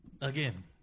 Again